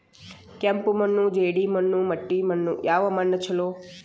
ಕೆಂಪು ಮಣ್ಣು, ಜೇಡಿ ಮಣ್ಣು, ಮಟ್ಟಿ ಮಣ್ಣ ಯಾವ ಮಣ್ಣ ಛಲೋ?